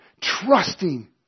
trusting